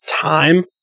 time